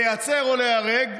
להיעצר או להיהרג,